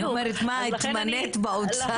בדיוק.